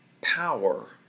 Power